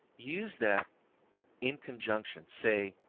use that in conjunction, say,